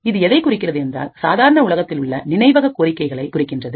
இது எதை குறிக்கிறது என்றால் சாதாரண உலகத்தில் உள்ள நினைவக கோரிக்கைகளை குறிக்கின்றது